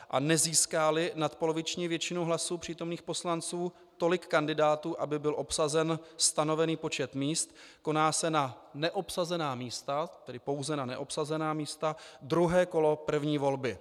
A nezískáli nadpoloviční většinu hlasů přítomných poslanců tolik kandidátů, aby byl obsazen stanovený počet míst, koná se na neobsazená místa tedy pouze na neobsazená místa druhé kolo první volby.